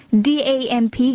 DAMP